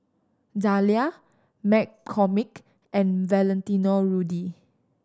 Zalia McCormick and Valentino Rudy